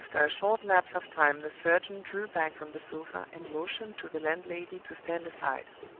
after a short lapse of time the surgeon drew back from the sofa and motioned to the landlady to stand aside.